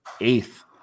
eighth